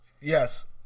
Yes